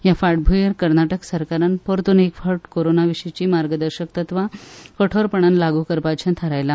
ह्या फाटभुयेर कर्नाटक सरकारान परतुन एक फावट कोरोनाविशीची मार्गदर्शक तत्वां कठोरपणान लागु करपाचे थारायला